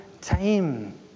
time